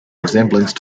resemblance